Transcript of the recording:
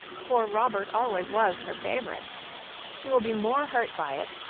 for robert always was her favourite she will be more hurt by it,